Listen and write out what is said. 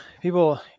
people